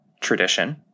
tradition